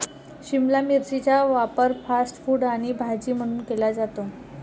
शिमला मिरचीचा वापर fast food आणि भाजी म्हणून केला जातो